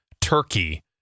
turkey